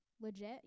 legit